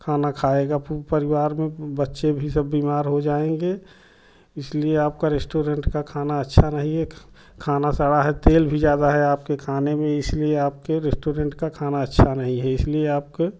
खाना खाएगा फ़िर परिवार में बच्चे भी सब बीमार हो जाएँगे इसलिए आपका रेस्टोरेंट का खाना अच्छा नहीं है खाना सारा है तेल भी ज़्यादा है आपके खाने में इसलिए आपके रेस्टोरेंट का खाना अच्छा नहीं है इसलिए आपको